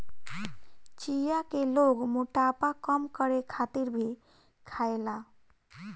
चिया के लोग मोटापा कम करे खातिर भी खायेला